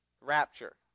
Rapture